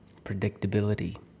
predictability